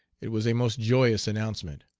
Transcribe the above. it was a most joyous announcement.